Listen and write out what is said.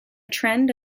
trend